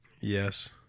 Yes